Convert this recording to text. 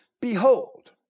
Behold